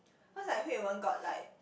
cause like Hui-Wen got like